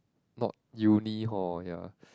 not uni hall ya